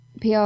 PR